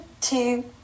two